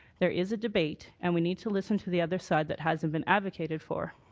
there is a debate and we need to listen to the other side that hasn't been advocated for.